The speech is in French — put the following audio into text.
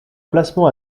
placement